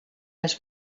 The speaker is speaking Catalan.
les